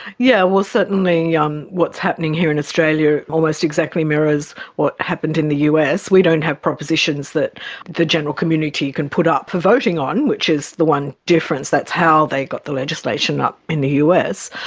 yeah well certainly um what's happening here in australia almost exactly mirrors what happened in the us. we don't have propositions that the general community can put up for voting on, which is the one difference, that's how they got the legislation up in the us.